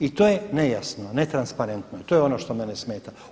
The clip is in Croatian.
I to je nejasno, netransparentno i to je ono što mene smeta.